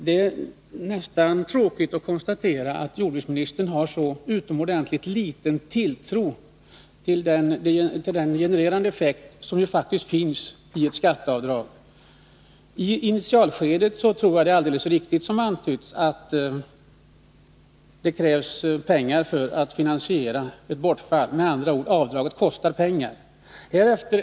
Det är tråkigt att konstatera att jordbruksministern har så liten tilltro till den genererande effekt som faktiskt finns i ett skatteavdrag. I initialskedet tror jag det är alldeles riktigt att det krävs pengar för att finansiera ett inkomstbortfall, avdraget kostar med andra ord pengar.